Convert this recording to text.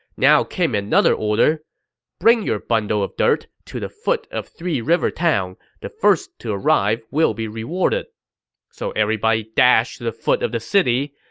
now came another order bring your bundle of dirt to the foot of three river town. the first to arrive will be rewarded so everybody dashed to the foot of the city.